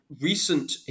recent